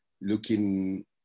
looking